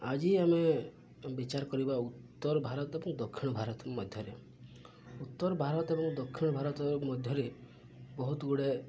ଆଜି ଆମେ ବିଚାର କରିବା ଉତ୍ତର ଭାରତ ଏବଂ ଦକ୍ଷିଣ ଭାରତ ମଧ୍ୟରେ ଉତ୍ତର ଭାରତ ଏବଂ ଦକ୍ଷିଣ ଭାରତ ମଧ୍ୟରେ ବହୁତ ଗୁଡ଼େ